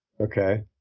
Okay